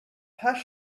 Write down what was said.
hash